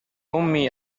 أمي